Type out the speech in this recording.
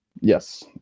Yes